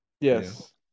Yes